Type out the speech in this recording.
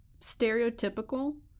stereotypical